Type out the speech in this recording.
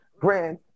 Grand